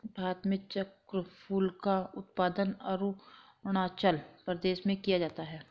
भारत में चक्रफूल का उत्पादन अरूणाचल प्रदेश में किया जाता है